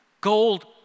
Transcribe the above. Gold